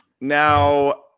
now